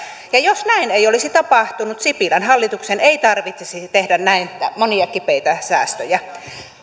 jos näin ei olisi tapahtunut sipilän hallituksen ei tarvitsisi tehdä näin monia kipeitä säästöjä